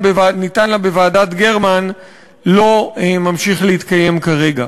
בוועדת גרמן לא ממשיך להתקיים כרגע,